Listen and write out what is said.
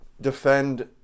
defend